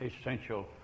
essential